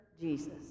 Jesus